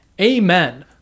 amen